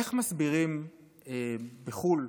איך מסבירים בחו"ל,